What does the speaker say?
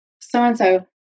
So-and-so